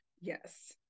Yes